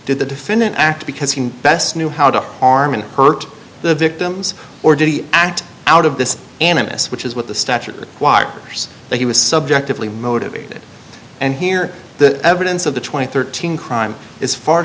did the defendant act because he best knew how to harm and hurt the victims or did he act out of this animus which is what the statute requires that he was subjectively motivated and here the evidence of the twenty thirteen crime is far